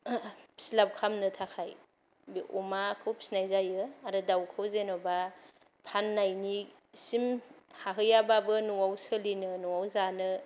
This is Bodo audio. फिलाब खालामनो थाखाय अमाखौ फिनाय जायो आरो दाउखौ जेन'बा फाननायनिसिम हाहैयाबाबो न'आव सोलिनो न'आव जानो